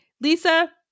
Lisa